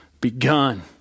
begun